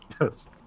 Yes